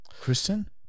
Kristen